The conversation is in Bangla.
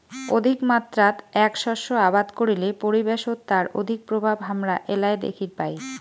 অধিকমাত্রাত এ্যাক শস্য আবাদ করিলে পরিবেশত তার অধিক প্রভাব হামরা এ্যালায় দ্যাখির পাই